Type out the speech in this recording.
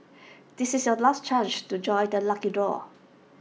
this is your last chance to join the lucky draw